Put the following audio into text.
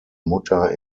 mutter